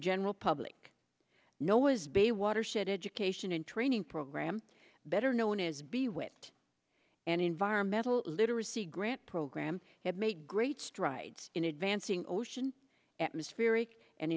general public know was bay watershed education and training program better known as be wit and environmental literacy grant program has made great strides in advancing ocean atmospher